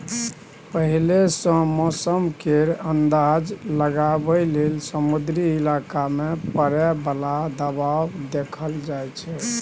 पहिले सँ मौसम केर अंदाज लगाबइ लेल समुद्री इलाका मे परय बला दबाव देखल जाइ छै